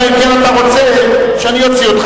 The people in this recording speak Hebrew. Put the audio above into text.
אלא אם כן אתה רוצה שאני אוציא אותך.